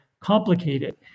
complicated